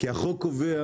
החוק קובע